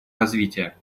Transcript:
развития